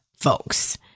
folks